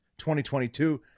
2022